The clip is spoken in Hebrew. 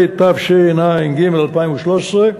התשע"ג 2013,